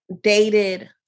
dated